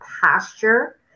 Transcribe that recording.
posture